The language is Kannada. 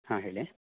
ಹಾಂ ಹೇಳಿ